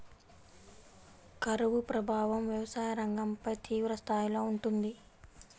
కరువు ప్రభావం వ్యవసాయ రంగంపై తీవ్రస్థాయిలో ఉంటుంది